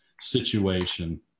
situation